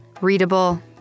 readable